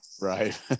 Right